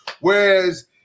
Whereas